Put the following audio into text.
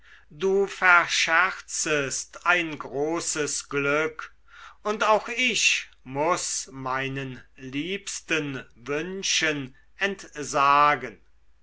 du verscherzest ein großes glück und auch ich muß meinen liebsten wünschen entsagen